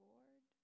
Lord